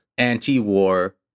anti-war